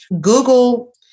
Google